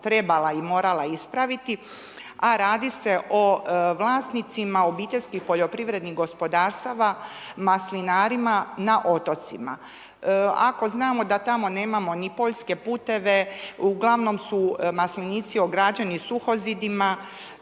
trebala i morala ispraviti a radi se o vlasnicima obiteljskih poljoprivrednih gospodarstava, maslinarima na otocima. Ako znamo da tamo nemamo ni poljske puteve, uglavnom su maslenici ograđeni suhozidima,